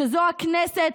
שזו הכנסת,